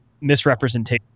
misrepresentation